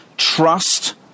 Trust